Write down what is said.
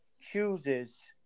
chooses